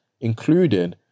including